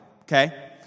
okay